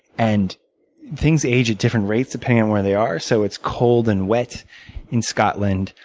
and things age at different rates depending on where they are. so it's cold and wet in scotland.